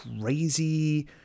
crazy